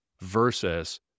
versus